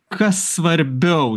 kas svarbiau